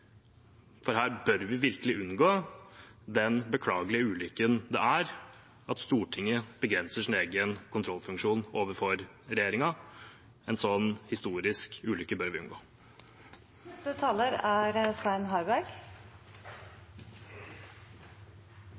For her bør vi virkelig unngå den beklagelige ulykken det er at Stortinget begrenser sin egen kontrollfunksjon overfor regjeringen. En sånn historisk ulykke bør vi